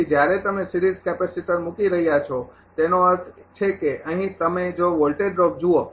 તેથી જ્યારે તમે સિરીઝ કેપેસિટર મૂકી રહ્યાં છો તેનો અર્થ છે કે અહીં તમે જો વોલ્ટેજ ડ્રોપ જુઓ